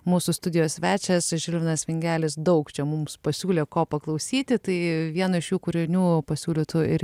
mūsų studijos svečias žilvinas vingelis daug čia mums pasiūlė ko paklausyti tai vieno iš šių kūrinių pasiūlytų ir